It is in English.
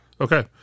Okay